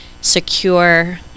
secure